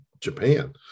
Japan